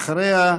אחריה,